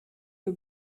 you